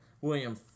William